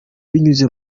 binyuze